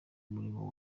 umurimo